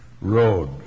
Road